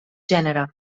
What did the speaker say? gènere